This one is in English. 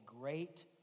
great